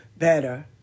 Better